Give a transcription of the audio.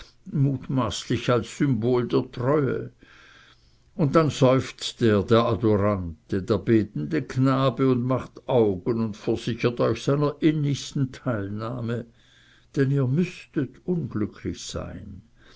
mutmaßlich als symbol der treue und dann seufzt er der adorante der betende knabe und macht augen und versichert euch seiner innigsten teilnahme denn ihr müßtet unglücklich sein